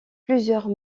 plusieurs